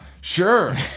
Sure